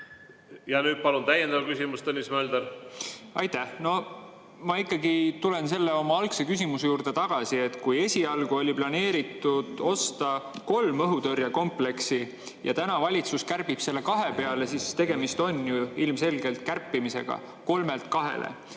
Nüüd palun täiendav küsimus, Tõnis Mölder! Aitäh! Ma ikkagi tulen oma algse küsimuse juurde tagasi. Kui esialgu oli planeeritud osta kolm õhutõrjekompleksi ja nüüd valitsus kärbib selle kahe peale, siis on ju ilmselgelt tegemist kärpimisega kolmelt kahele.